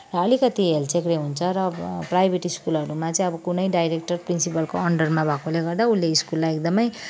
अलिकति हेलचेक्रे हुन्छ र अब प्राइभेट स्कुलहरूमा चाहिँ अब कुनै डाइरेक्टर प्रिन्सिपलको अन्डरमा भएकोले गर्दा उसले स्कुललाई एकदमै